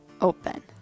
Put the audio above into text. Open